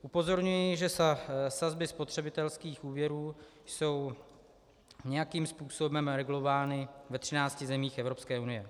Upozorňuji, že sazby spotřebitelských úvěrů jsou nějakým způsobem regulovány ve třinácti zemích Evropské unie.